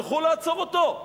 הלכו לעצור אותו.